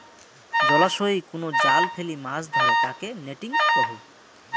জলাশয়ই কুনো জাল ফেলি মাছ ধরে তাকে নেটিং কহু